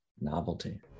novelty